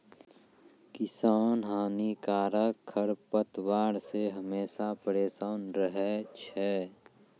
किसान हानिकारक खरपतवार से हमेशा परेसान रहै छै